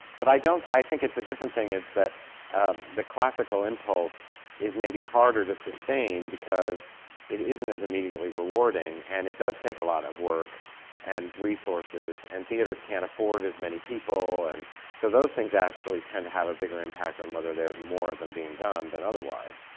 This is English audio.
but i don't i think it's a different thing, is that the classical impulse is maybe harder to sustain, because it isn't as immediately rewarding and it does take a lot of work and resources. and theatres can't afford as many people. and so, those things actually tend to have a bigger impact on whether there's more of them being done than otherwise.